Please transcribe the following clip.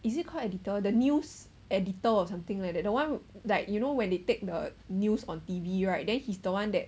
is it called editor the news editor or something like that the one like you know when they take the news on T_V right then he's the one that